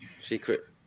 Secret